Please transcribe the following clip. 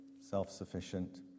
self-sufficient